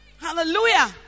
Hallelujah